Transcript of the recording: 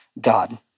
God